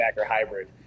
hybrid